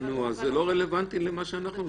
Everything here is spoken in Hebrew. אבל -- אז זה לא רלוונטי למה שאנחנו מדברים עליו.